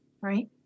right